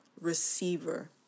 receiver